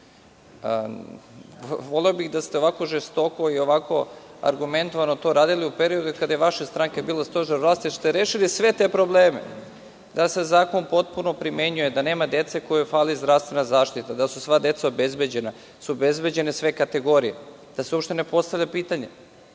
Voleo bih da ste ovako žestoko i ovako argumentovano radili u periodu kada je vaša stranka bila stožer vlasti i da ste rešili sve te probleme, da se zakon potpuno primenjuje, da nema dece kojoj fali zdravstvena zaštita, da su sva deca obezbeđena, da su obezbeđene sve kategorije, da se uopšte ne postavlja pitanje